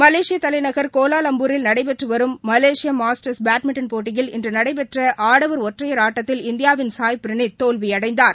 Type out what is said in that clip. Malaysia தலைநகர் கோலாலம்பூரில் நடைபெற்று வரும் மலேசியா மாஸ்டர்ஸ் பேட்மிண்ட்டன் போட்டியில் இன்று நடைபெற்ற ஆடவா் ஒற்றையா் ஆட்டத்தில் இந்தியாவின் சாய் பிரணீத் தோல்வியடைந்தார்